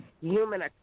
human